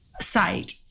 site